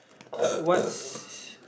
what's